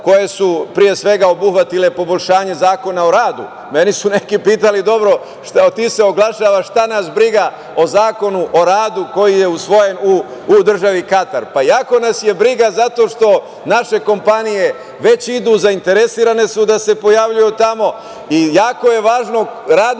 koje su pre svega obuhvatile poboljšanje Zakona o radu. Mene su neki pitali – dobro, ti se oglašavaš, šta nas briga o Zakonu o radu koji je usvojen u Državi Katar? Pa jako nas je briga zato što naše kompanije već idu, zainteresovane su da se pojavljuju tamo i jako je važno radnike